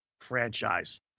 franchise